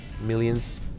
millions